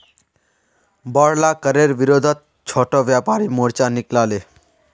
बोढ़ला करेर विरोधत छोटो व्यापारी मोर्चा निकला ले